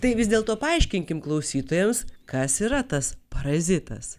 tai vis dėlto paaiškinkim klausytojams kas yra tas parazitas